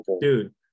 dude